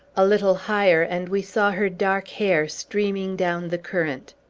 a little higher, and we saw her dark hair streaming down the current.